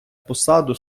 посаду